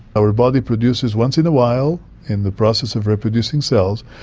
our body produces once in a while in the process of reproducing cells,